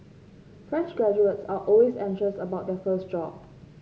fresh graduates are always anxious about their first job